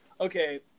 okay